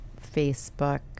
Facebook